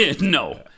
No